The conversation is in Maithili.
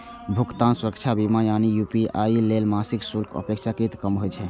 भुगतान सुरक्षा बीमा यानी पी.पी.आई लेल मासिक शुल्क अपेक्षाकृत कम होइ छै